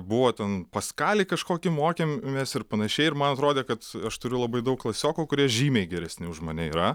buvo ten paskalį kažkokį mokėmės ir panašiai ir man atrodė kad aš turiu labai daug klasiokų kurie žymiai geresni už mane yra